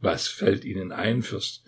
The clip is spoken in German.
was fällt ihnen ein fürst